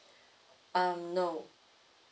um no